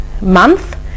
month